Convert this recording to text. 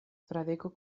fradeko